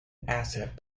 asset